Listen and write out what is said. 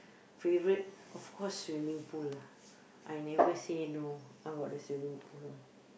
favourite of course swimming pool lah I never say no about the swimming pool all